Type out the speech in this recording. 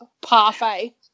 Parfait